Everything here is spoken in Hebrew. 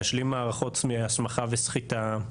להשלים מערכות הסמכה וסחיטה.